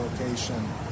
location